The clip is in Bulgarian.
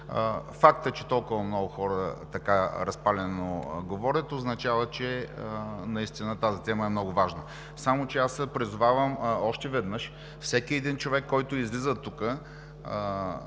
фактът, че толкова много хора така разпалено говорят, означава, че тази тема е много важна. Само че аз призовавам още веднъж всеки човек, който излиза тук,